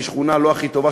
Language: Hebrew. משכונה לא הכי טובה,